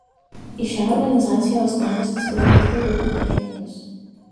į šią organizaciją uostamiestis priimtas daugiau kaip prieš metus